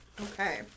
Okay